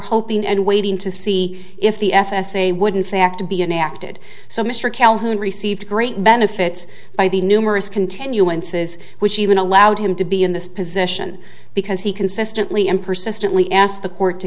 hoping and waiting to see if the f s a wouldn't fact be enacted so mr calhoun received great benefits by the numerous continuances which even allowed him to be in this position because he consistently and persistently asked the court to